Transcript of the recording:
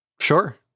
sure